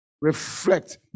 reflect